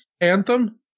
Anthem